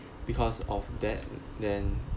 because of that then